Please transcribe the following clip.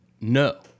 No